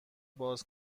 باز